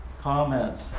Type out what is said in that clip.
comments